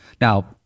Now